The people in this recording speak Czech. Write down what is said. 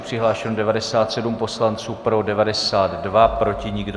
Přihlášeno 97 poslanců, pro 92, proti nikdo.